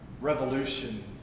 revolution